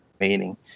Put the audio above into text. meaning